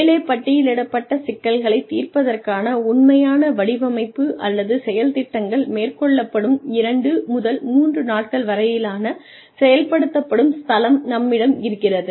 மேலே பட்டியலிடப்பட்ட சிக்கல்களைத் தீர்ப்பதற்கான உண்மையான வடிவமைப்பு அல்லது செயல் திட்டங்கள் மேற்கொள்ளப்படும் 2 முதல் 3 நாட்கள் வரையிலான செயல்படுத்தப்படும் ஸ்தலம் நம்மிடம் இருக்கிறது